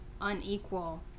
unequal